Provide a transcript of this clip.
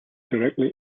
directly